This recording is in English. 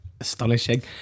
Astonishing